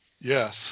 Yes